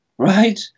Right